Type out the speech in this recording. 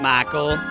Michael